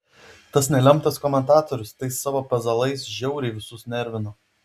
tas nelemtas komentatorius tai savo pezalais žiauriai visus nervino